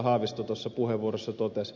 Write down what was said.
haavisto tuossa puheenvuorossaan totesi